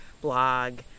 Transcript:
blog